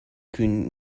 qu’une